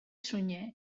sunyer